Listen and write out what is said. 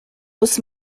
muss